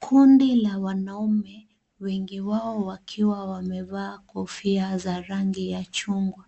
Kundi la wanaume wengi wao wakiwa wamevaa kofia za rangi ya chungwa